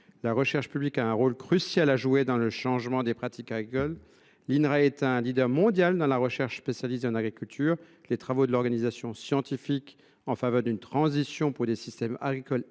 La recherche publique a un rôle crucial à jouer dans le changement des pratiques agricoles. L’Inrae est un leader mondial de la recherche spécialisée en agriculture. Les travaux de l’organisation scientifique en faveur d’une transition vers des systèmes agricoles